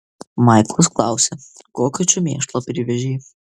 maiklas klausė kokio čia mėšlo privežei